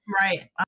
Right